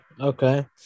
Okay